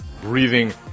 Breathing